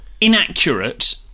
inaccurate